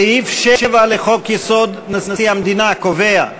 סעיף 7 לחוק-יסוד: נשיא המדינה קובע: